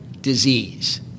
disease